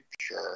Sure